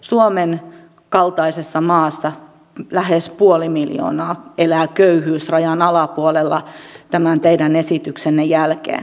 suomen kaltaisessa maassa lähes puoli miljoonaa elää köyhyysrajan alapuolella tämän teidän esityksenne jälkeen